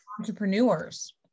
entrepreneurs